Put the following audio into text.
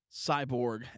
cyborg